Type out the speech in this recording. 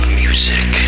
music